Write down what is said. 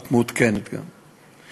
את מעודכנת גם.